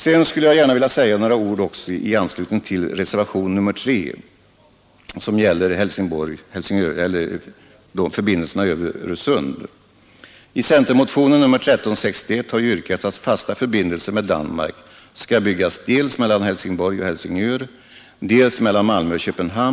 Sedan skulle jag vilja säga några ord i anslutning till reservationen 3 angående förbindelserna över Öresund.